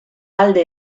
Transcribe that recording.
alde